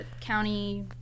county